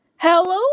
hello